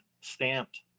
stamped